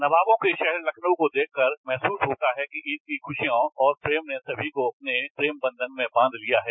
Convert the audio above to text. नवाबों के शहर लखनऊ को देख कर महसूस होता है कि ईद की खुशियों और प्रेम ने सभी को अपने प्रेमबन्धन में बांध लिया है